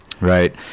Right